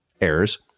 errors